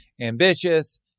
ambitious